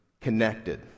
connected